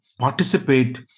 participate